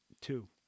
Two